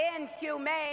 inhumane